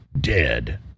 dead